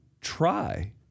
try